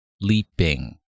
leaping